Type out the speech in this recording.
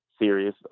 serious